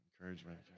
encouragement